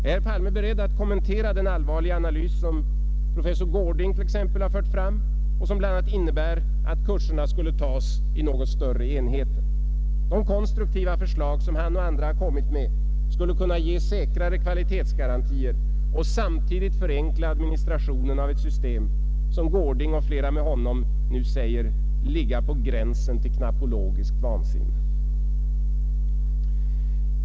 Är herr Palme beredd att kommentera den allvarliga analys som t.ex. professor Gårding fört fram och som bl.a. innebär att kurserna tas i något större enheter? De konstruktiva förslag som han och andra kommit med skulle kunna ge säkrare kvalitetsgarantier och samtidigt förenkla administrationen av ett system som Gårding och flera med honom nu säger ligga ”på gränsen till knappologiskt vansinne”.